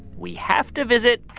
we have to visit